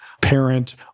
parent